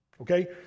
Okay